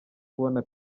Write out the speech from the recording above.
kubona